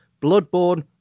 Bloodborne